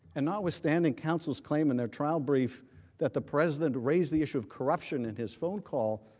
and notwithstanding counsel's claim in their trial brief that the president raised the issue of corruption in his phone call.